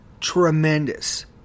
tremendous